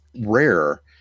rare